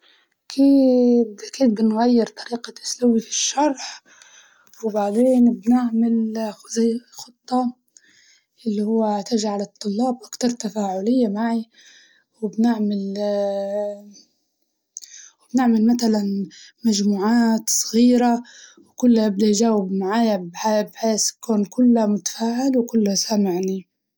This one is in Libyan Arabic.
أكيد أكيد بنغير طريقة أسلوبي في الشرح وبعدين بنعمل زي خطة اللي هو تجعل الطلاب أكتر تفاعلية معاي، وبنعمل وبنعمل متلاً مجموعات صغيرة وكله يبدا يجاوب معايا بح- وبحيث يكون كله متفاعل وكله سامعني.